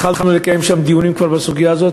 כבר התחלנו לקיים שם דיונים בסוגיה הזאת.